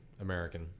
American